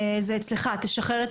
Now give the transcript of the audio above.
אתה צריך לסדר את